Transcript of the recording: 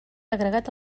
agregat